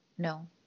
No